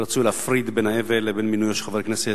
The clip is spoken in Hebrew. רצוי להפריד בין האבל לבין מינויו של חבר הכנסת.